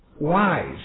wise